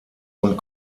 und